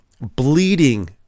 bleeding